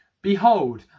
Behold